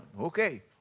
Okay